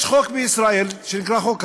יש חוק בישראל שנקרא חוק המים,